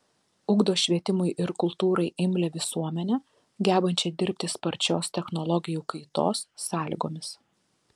ugdo švietimui ir kultūrai imlią visuomenę gebančią dirbti sparčios technologijų kaitos sąlygomis